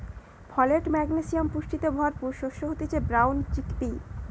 folate, magnesium পুষ্টিতে ভরপুর শস্য হতিছে ব্রাউন চিকপি